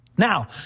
Now